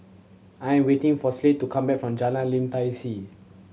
I am waiting for Slade to come back from Jalan Lim Tai See